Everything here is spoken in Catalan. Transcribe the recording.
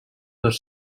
dels